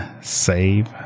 save